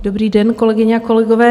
Dobrý den, kolegyně a kolegové.